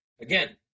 again